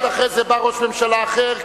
ראש ממשלה אחר,